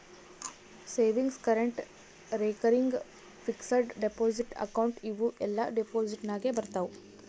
savings, current, recurring, fixed deposit account ಇವೂ ಎಲ್ಲಾ deposit ನಾಗೆ ಬರ್ತಾವ್